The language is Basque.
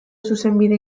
zuzenbide